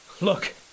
Look